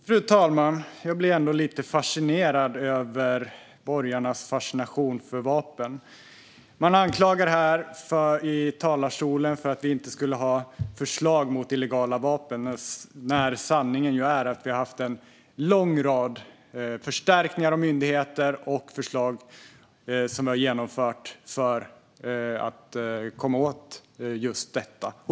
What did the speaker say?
Fru talman! Jag blir ändå lite fascinerad över borgarnas fascination för vapen. Man anklagar oss här i talarstolen för att vi inte skulle ha förslag mot illegala vapen, när sanningen är att vi har haft en lång rad förstärkningar av myndigheter och förslag som vi genomfört för att komma åt just detta.